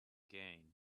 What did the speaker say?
gain